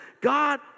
God